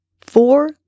four